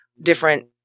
different